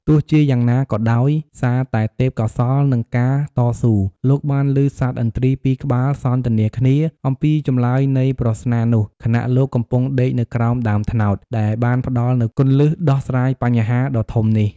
ទោះជាយ៉ាងណាក៏ដោយសារតែទេពកោសល្យ និងការតស៊ូ លោកបានលឺសត្វឥន្ទ្រីពីរក្បាលសន្ទនាគ្នាអំពីចម្លើយនៃប្រស្នានោះ ខណៈលោកកំពុងដេកនៅក្រោមដើមត្នោត ដែលបានផ្តល់នូវគន្លឹះដោះស្រាយបញ្ហាដ៏ធំនេះ។